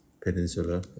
peninsula